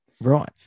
Right